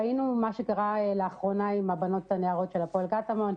ראינו מה שקרה לאחרונה עם הבנות והנערות של הפועל קטמון,